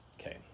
okay